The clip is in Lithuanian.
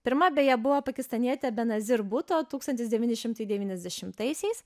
pirma beje buvo pakistanietė benazir bhuto tūkstantis devyni šimtai devyniasdešimtaisiais